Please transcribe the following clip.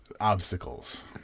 obstacles